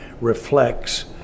reflects